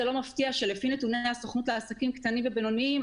זה לא מפתיע שלפי נתוני הסוכנות לעסקים קטנים ובינוניים,